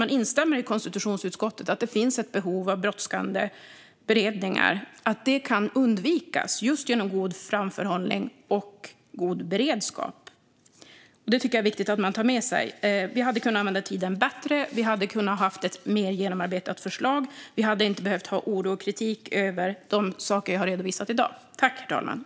Man instämmer med konstitutionsutskottet om att det finns ett behov av brådskande beredningar och att det kan undvikas just genom god framförhållning och god beredskap. Det tycker jag är viktigt att ta med sig. Vi hade kunnat använda tiden bättre, vi hade kunnat ha ett mer genomarbetat förslag och vi hade inte behövt oroa oss och ha kritik när det gäller de saker som jag har redovisat i dag.